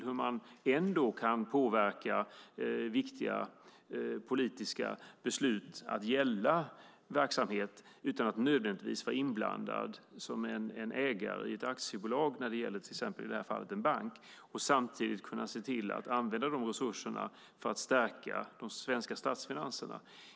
Man kan ändå påverka genom att viktiga politiska beslut gäller en verksamhet utan att man nödvändigtvis är inblandad som ägare i ett aktiebolag, och i detta fall en bank, och kan samtidigt se till att använda resurserna för att stärka de svenska statsfinanserna.